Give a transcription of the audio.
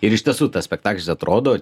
ir iš tiesų tas spektaklis atrodo